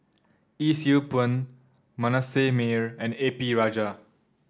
Yee Siew Pun Manasseh Meyer and A P Rajah